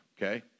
Okay